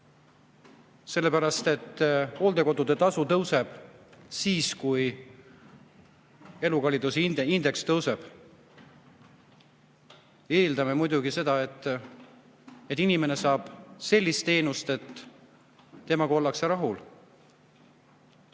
sellepärast et hooldekodude tasu tõuseb siis, kui elukalliduse indeks tõuseb. Eeldame muidugi seda, et inimene saab sellist teenust, millega ollakse rahul.